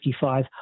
1955